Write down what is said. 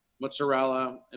mozzarella